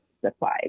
supply